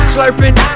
Slurping